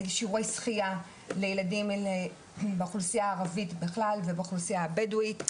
שיעורי שחייה לילדים באוכלוסייה הערבית בכלל ובאוכלוסייה הבדואית.